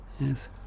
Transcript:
yes